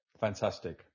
fantastic